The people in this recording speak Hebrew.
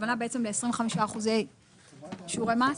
הכוונה בעצם ל-25 אחוזים שיעורי מס?